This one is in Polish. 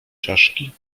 czaszki